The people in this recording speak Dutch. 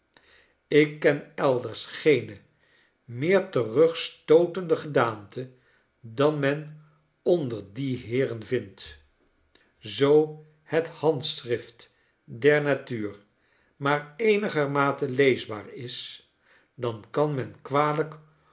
ik ken elders geene meer terugstootende gedaanten dan men onder die heeren vindt zoo het handschrift der natuur maar eenigermate leesbaar is dan kan men kwalijk